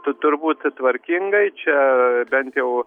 tu turbūt tvarkingai čia bent jau